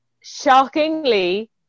Shockingly